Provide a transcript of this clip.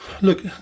Look